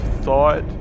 thought